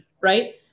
Right